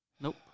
Nope